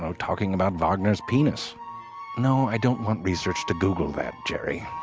um talking about wagner's penis no, i don't want research to google that, jerry.